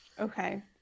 Okay